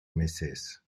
meses